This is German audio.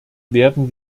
werden